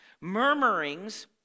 Murmurings